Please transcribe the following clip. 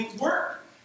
work